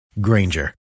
Granger